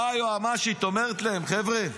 באה היועמ"שית, אומרת להם: חבר'ה,